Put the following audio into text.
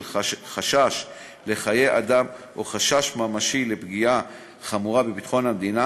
חשש לחיי אדם או חשש ממשי לפגיעה חמורה בביטחון המדינה,